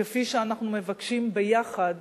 כפי שאנחנו מבקשים ביחד